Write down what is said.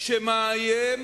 שמאיים